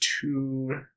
two